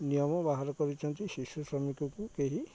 ନିୟମ ବାହାର କରିଛନ୍ତି ଶିଶୁ ଶ୍ରମିକକୁ କେହି